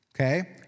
Okay